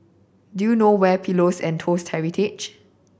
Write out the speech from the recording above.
do you know where is Pillows and Toast Heritage